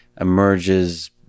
emerges